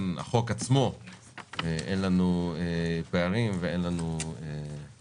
הצעת החוק עצמה אין לנו פערים ואין לנו בעיות.